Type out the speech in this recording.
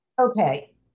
Okay